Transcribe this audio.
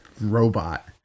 robot